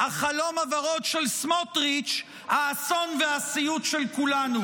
החלום הוורוד של סמוטריץ'; האסון והסיוט של כולנו.